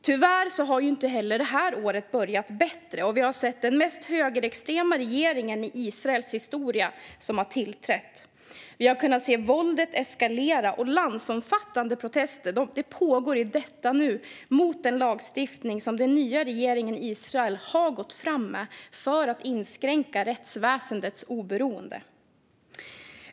Tyvärr har inte detta år börjat bättre. Vi har sett den mest högerextrema regeringen i Israels historia tillträda. Vi har kunnat se våldet eskalera, och i detta nu pågår landsomfattande protester mot den lagstiftning som den nya regeringen i Israel har gått fram med för att inskränka rättsväsendets oberoende.